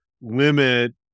limit